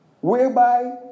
whereby